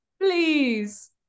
Please